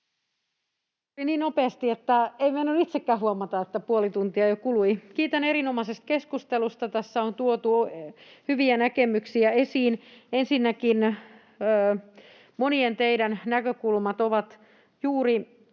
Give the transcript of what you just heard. en meinannut itsekään huomata, että puoli tuntia jo kului. Kiitän erinomaisesta keskustelusta. Tässä on tuotu hyviä näkemyksiä esiin. Ensinnäkin monien teidän näkökulmat ovat juuri